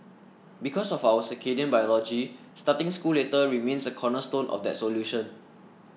because of our circadian biology starting school later remains a cornerstone of that solution